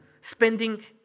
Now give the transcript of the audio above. spending